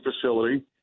facility